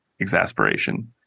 exasperation